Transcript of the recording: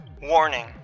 Warning